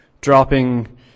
dropping